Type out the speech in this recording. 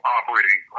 operating